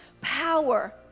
power